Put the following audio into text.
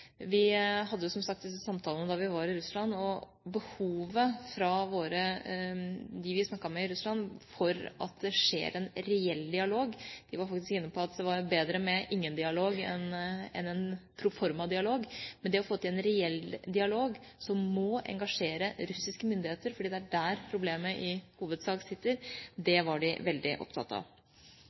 Vi hadde som sagt samtaler da vi var i Russland, og de vi snakket med der, var veldig opptatt av behovet for å få til en reell dialog som må engasjere russiske myndigheter, fordi det er der problemet i hovedsak sitter. De var faktisk inne på at det var bedre med ingen dialog enn en proformadialog. Det